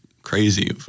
Crazy